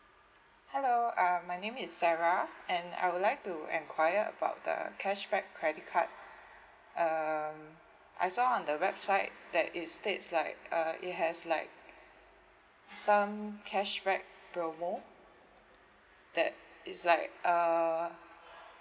hello uh I my name is sarah and I would like to enquire about the cashback credit card um I saw on the website that it states like uh it has like some cashback promo that is like uh